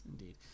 indeed